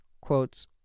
quotes